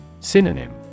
Synonym